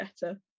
better